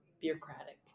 bureaucratic